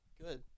good